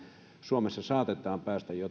suomessa saatetaan päästä